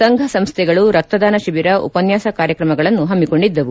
ಸಂಘ ಸಂಸ್ಥೆಗಳು ರಕ್ತದಾನ ಶಿಬಿರ ಉಪನ್ನಾಸ ಕಾರ್ಯಕ್ತಮಗಳನ್ನು ಹಮ್ನಿಕೊಂಡಿದ್ಲವು